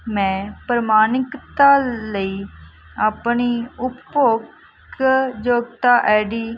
ਮੈਂ ਪ੍ਰਮਾਣਿਕਤਾ ਲਈ ਆਪਣੀ ਉਪਭੋਗ ਯੋਗਤਾ ਆਈਡੀ